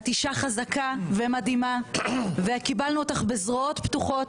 את אישה חזקה ומדהימה וקיבלנו אותך בזרועות פתוחות.